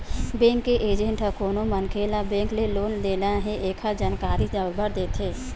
bank के agent ह कोनो मनखे ल बेंक ले लोन लेना हे तेखर जानकारी बरोबर देथे